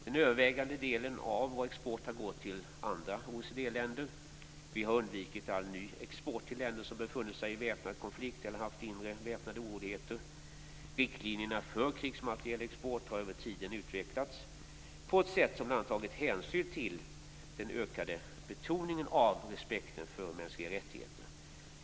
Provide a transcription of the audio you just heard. Den övervägande delen av vår export har gått till andra OECD-länder. Vi har undvikit all ny export till länder som befunnit sig i väpnad konflikt eller haft inre väpnade oroligheter. Riktlinjerna för krigsmaterielexport har över tiden utvecklats på ett sätt som bl.a. tagit hänsyn till den ökade betoningen av respekten för mänskliga rättigheter.